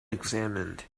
examined